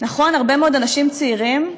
הרבה מאוד אנשים צעירים,